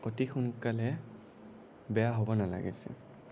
অতি সোনকালে বেয়া হ'ব নালাগিছিল